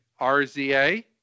RZA